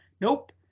Nope